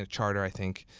ah charter, i think,